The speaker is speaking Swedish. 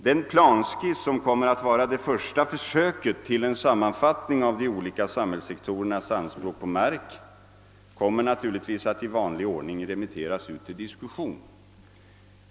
Den planskiss som kommer att vara det första försöket till en sammanfattning av de olika samhällssektorernas anspråk på mark kommer naturligtvis i vanlig ordning att remitteras för diskussion.